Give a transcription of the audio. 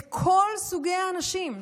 את כל סוגי האנשים.